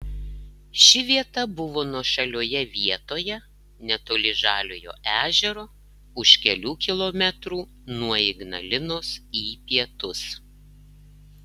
ši vieta buvo nuošalioje vietoje netoli žaliojo ežero už kelių kilometrų nuo ignalinos į pietus